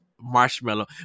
marshmallow